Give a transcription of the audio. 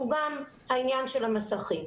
זה גם העניין של המסכים.